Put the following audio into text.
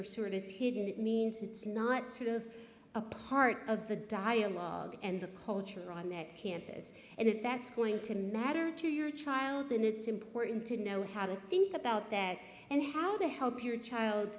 are sort of hidden it means it's not a part of the dialogue and the culture on that campus and it that's going to matter to your child and it's important to know how to think about that and how to help your child